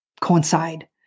coincide